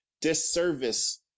Disservice